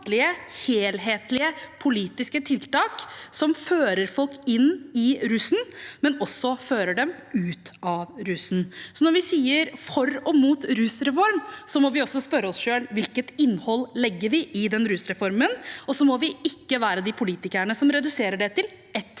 helhetlige politiske tiltak, både dem som fører folk inn i rusen, og dem som fører dem ut av rusen. Så når vi snakker om å være for og mot rusreform, må vi også spørre oss selv hvilket innhold vi legger i den rusreformen, og vi må ikke være de politikerne som reduserer det til ett